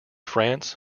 france